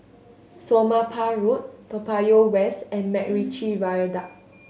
Somapah Road Toa Payoh West and MacRitchie Viaduct